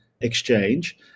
exchange